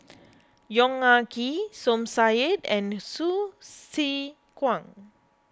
Yong Ah Kee Som Said and Hsu Tse Kwang